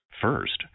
First